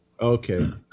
Okay